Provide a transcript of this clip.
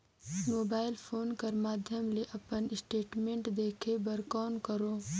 Mobile phone कर माध्यम ले अपन स्टेटमेंट देखे बर कौन करों?